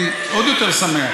אני לא הצלחתי להבין.